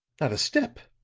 not a step!